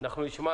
אנחנו נשמע